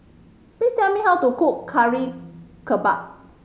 please tell me how to cook kari kebal